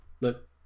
Look